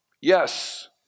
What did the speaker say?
Yes